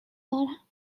دارم